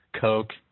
Coke